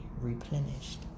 replenished